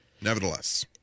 nevertheless